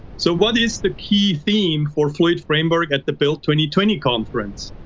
so what is the key theme for fluid framework at the build twenty twenty conference?